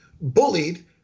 bullied